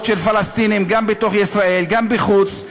של פלסטינים גם בתוך ישראל וגם בחוץ.